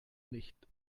nicht